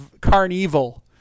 Carnival